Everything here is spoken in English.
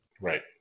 Right